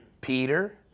Peter